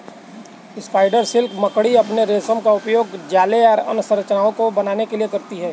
spider silk मकड़ी अपने रेशम का उपयोग जाले या अन्य संरचनाओं को बनाने के लिए करती हैं